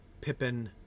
Pippin